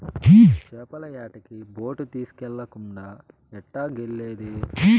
చేపల యాటకి బోటు తీస్కెళ్ళకుండా ఎట్టాగెల్లేది